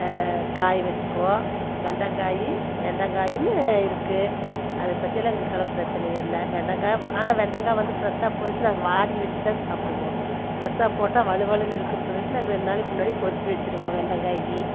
காய வச்சுக்குவோம் வெண்டங்காய் வெண்டங்காயும் இருக்குது அதைப்பற்றியெல்லாம் எங்களுக்கெல்லாம் பிரச்சனையே இல்லை வெண்டங்காய் ஆனால் வெண்டங்காய் வந்து ஃபரெஷ்ஷாக பறித்து அதை வாட வச்சு தான் சாப்பிடுவோம் ஃபரெஷ்ஷாக போட்டால் வழுவழுன்னு இருக்குதுனு சொல்லிகிட்டு ரெண்டு நாளைக்கு முன்னாடி பறித்து வச்சுடுவோம் வெண்டங்காய்